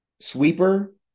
Sweeper